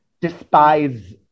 despise